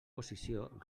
posició